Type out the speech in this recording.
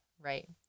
right